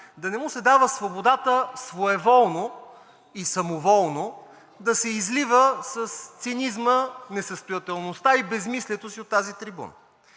да не му се дава свободата своеволно и самоволно да си излива с цинизма несъстоятелността и безсмислието си от тази трибуна.